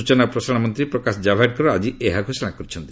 ସୂଚନା ଓ ପ୍ରସାରଣ ମନ୍ତ୍ରୀ ପ୍ରକାଶ ଜାବଡେକର ଆଜି ଏହା ଘୋଷଣା କରିଛନ୍ତି